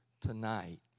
tonight